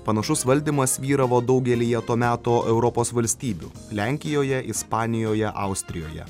panašus valdymas vyravo daugelyje to meto europos valstybių lenkijoje ispanijoje austrijoje